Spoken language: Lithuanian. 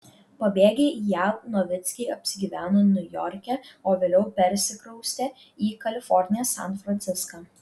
pabėgę į jav novickiai apsigyveno niujorke o vėliau persikraustė į kaliforniją san franciską